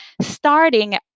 starting